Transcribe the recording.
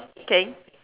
K